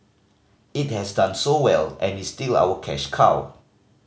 it has done so well and is still our cash cow